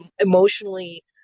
emotionally